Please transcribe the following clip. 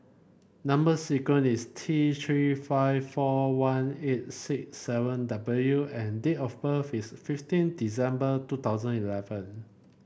number sequence is T Three five four one eight six seven W and date of birth is fifteen December two thousand eleven